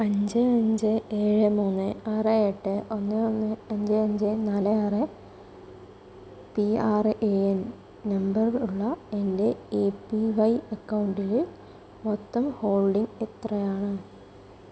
അഞ്ച് അഞ്ച് ഏഴ് മൂന്ന് ആറ് എട്ട് ഒന്ന് ഒന്ന് അഞ്ച് അഞ്ച് നാല് ആറ് P R A N number ഉള്ള എൻ്റെ എ പി വൈ അക്കൗണ്ടിലെ മൊത്തം ഹോൾഡിംഗ് എത്രയാണ്